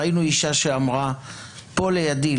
ראינו אישה שאמרה פה לידי,